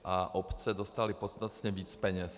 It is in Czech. A obce dostaly podstatně víc peněz.